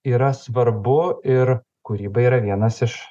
yra svarbu ir kūryba yra vienas iš